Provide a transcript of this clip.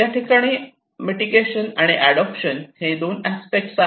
या ठिकाणी mitigation and adoption Mitigation and adaptation हे दोन अस्पेक्ट आहेत